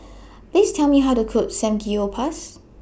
Please Tell Me How to Cook Samgeyopsal